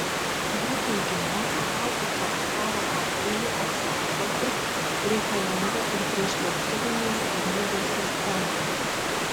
jo teigimu haubicoms karo atveju apsaugoti reikalinga ir priešlėktuvinės gynybos sistemos